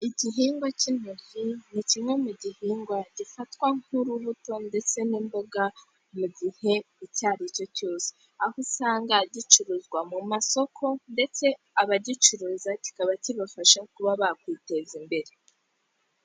Igihingwa cy'intoryi, ni kimwe mu gihingwa gifatwa nk'urubuto ndetse n'imboga, mu gihe icya aricyo cyose, aho usanga gicuruzwa mu masoko ndetse abagicuruza, kikaba kibafasha kuba bakwiteza imbere.